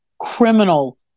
criminal